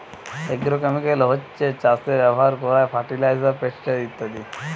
agrochemical হচ্ছে চাষে ব্যাভার কোরার ফার্টিলাইজার, পেস্টিসাইড ইত্যাদি